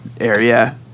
area